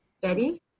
Betty